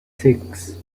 six